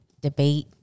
debate